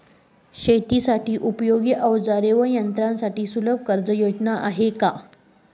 शेतीसाठी उपयोगी औजारे व यंत्रासाठी सुलभ कर्जयोजना आहेत का?